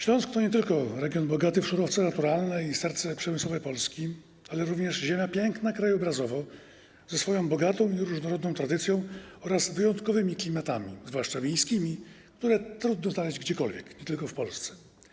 Śląsk to nie tylko region bogaty w surowce naturalne i serce przemysłowe Polski, ale również ziemia piękna krajobrazowo, ze swoją bogatą i różnorodną tradycją oraz wyjątkowymi klimatami, zwłaszcza miejskimi, które trudno znaleźć gdziekolwiek, nie tylko w Polsce.